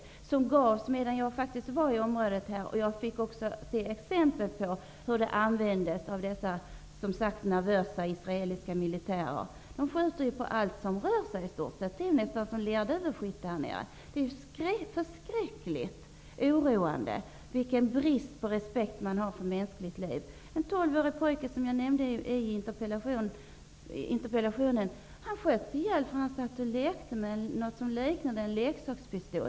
Dessa gavs medan jag fortfarande var kvar i området, och jag fick också se exempel på hur de tillämpades av nervösa israeliska militärer. De skjuter ju på i stort sett allt som rör sig. De uppför sig nästan som lerduveskyttar. Det är förskräckligt oroande vilken brist på respekt som man har för mänskligt liv. En tolvårig utvecklingsstörd pojke, som jag nämnt i min interpellation, sköts ihjäl därför att han satt och lekte med något som liknade en leksakspistol.